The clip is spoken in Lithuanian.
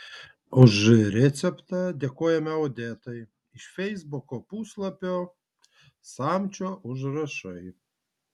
už receptą dėkojame odetai iš feisbuko puslapio samčio užrašai